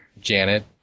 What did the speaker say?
janet